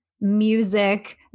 music